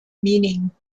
meaning